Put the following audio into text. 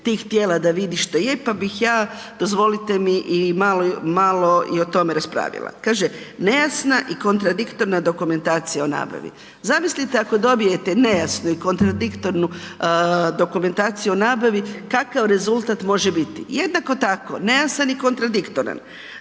tih tijela da vide šta je, pa bih ja dozvolite mi i malo o tome raspravila. Kaže, nejasna i kontradiktorna dokumentacija o nabavi. Zamislite ako dobijete nejasnu i kontradiktornu dokumentaciju o nabavi, kakav rezultat može biti. Jednako tako, nejasan i kontradiktoran.